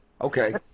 Okay